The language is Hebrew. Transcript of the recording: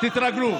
תתרגלו.